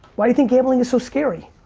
why do you think gambling is so scary?